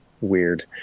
weird